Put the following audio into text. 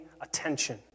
attention